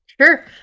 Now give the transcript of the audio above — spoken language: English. sure